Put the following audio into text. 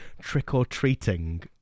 trick-or-treating